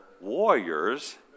warriors